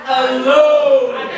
alone